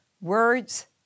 words